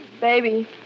baby